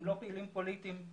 הם לא פעילים פוליטיים.